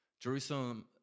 Jerusalem